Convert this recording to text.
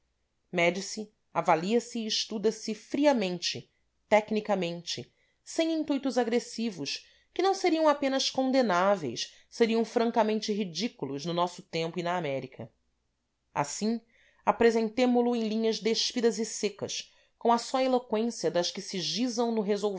mede se avalia se e estuda se friamente tecnicamente sem intuitos agressivos que não seriam apenas condenáveis seriam francamente ridículos no nosso tempo e na américa assim apresentemo lo em linhas despidas e secas com a só eloqüência das que se gizam no